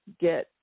get